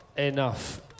enough